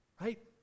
right